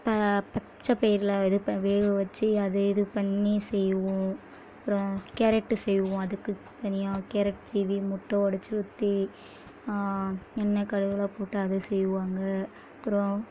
இப்போ பச்சை பயறில் இது இப்போ வேக வச்சு அதை இது பண்ணி செய்வோம் அப்புறம் கேரட்டு செய்வோம் அதுக்கு தனியாக கேரட்டு சீவி முட்டை உடச்சி ஊற்றி எண்ணெய் கடுகெலாம் போட்டு அது செய்வாங்க அப்புறம்